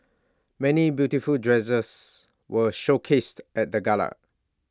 many beautiful dresses were showcased at the gala